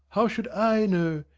how should i know?